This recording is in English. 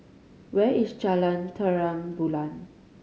where is Jalan Terang Bulan